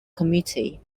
committee